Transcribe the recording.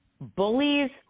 bullies